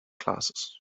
classes